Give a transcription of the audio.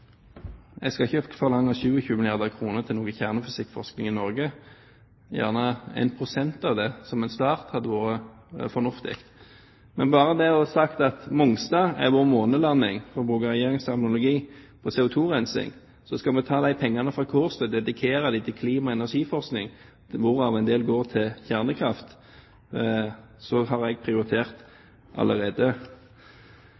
Jeg skal ikke forlange 27 milliarder kr til kjernefysikkforskning i Norge, men 1 pst. av det hadde vært fornuftig som en start. Men bare ved å si at Mongstad er vår månelanding – for å bruke Regjeringens terminologi – for CO2-rensing, og så skal vi ta de pengene fra Kårstø og dedikere dem til klima- og energiforskning, hvorav en del går til kjernekraft, har jeg prioritert